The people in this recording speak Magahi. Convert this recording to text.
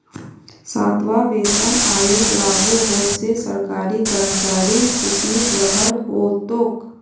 सातवां वेतन आयोग लागू होल से सरकारी कर्मचारिर ख़ुशीर लहर हो तोक